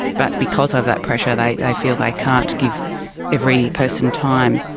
but because of that pressure they they feel they can't give every person time.